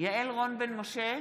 יעל רון בן משה,